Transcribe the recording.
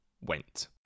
went